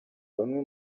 bamwe